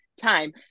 time